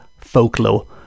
folklore